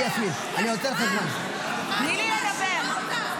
אני מאשימה אותה, אני לא מעלילה עליה.